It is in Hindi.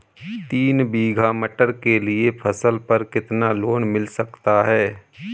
तीन बीघा मटर के लिए फसल पर कितना लोन मिल सकता है?